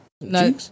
No